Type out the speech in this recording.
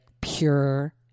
pure